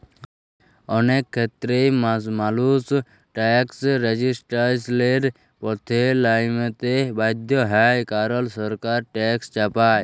অলেক খ্যেত্রেই মালুস ট্যাকস রেজিসট্যালসের পথে লাইমতে বাধ্য হ্যয় কারল সরকার ট্যাকস চাপায়